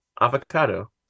avocado